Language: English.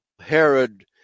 Herod